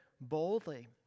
boldly